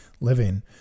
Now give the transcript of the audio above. living